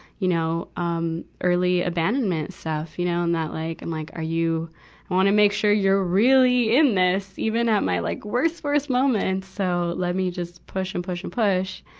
you know, um, early abandonment stuff, you know. and that like, i'm like are you, i wanna make sure you're really in this, even at my like worse, worse moments. so, let me just push and push and push.